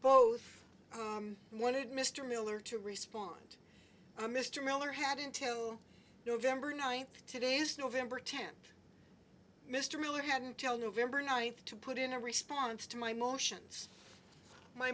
both wanted mr miller to respond mr miller had until november ninth today's november tenth mr miller had until november ninth to put in a response to my motions my